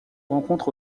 rencontre